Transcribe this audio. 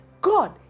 God